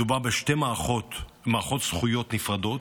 מדובר בשתי מערכות, מערכות זכויות נפרדות.